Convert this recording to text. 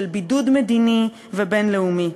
של בידוד מדיני ובין-לאומי.